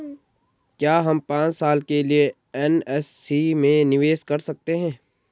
क्या हम पांच साल के लिए एन.एस.सी में निवेश कर सकते हैं?